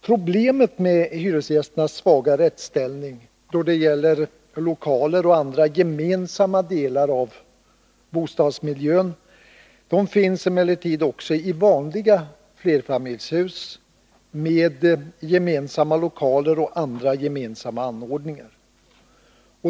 Problemet med hyresgästernas svaga rättsställning då det gäller lokaler och andra gemensamma delar av bostadsmiljön finns emellertid också i vanliga flerfamiljshus med gemensamma lokaler och andra gemensamma anordningar.